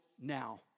now